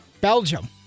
Belgium